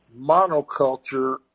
monoculture